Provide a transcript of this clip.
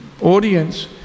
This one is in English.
audience